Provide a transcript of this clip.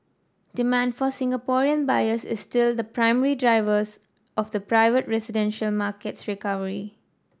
demand from Singaporean buyers is still the primary drivers of the private residential market's recovery